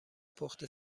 پخت